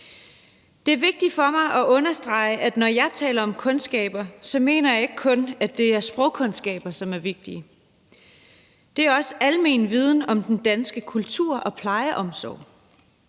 Det er vigtigt for mig at understrege, at når jeg taler om kundskaber, mener jeg ikke kun, at det er sprogkundskaber, som er vigtige. Det gælder også almen viden om den danske kultur og plejeomsorg.